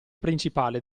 principale